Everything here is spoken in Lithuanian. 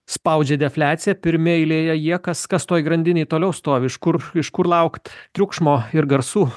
spaudžia defliacija pirmi eilėje jie kas kas toj grandinėj toliau stovi iš kur iš kur laukt triukšmo ir garsų